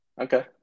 okay